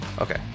Okay